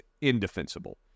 indefensible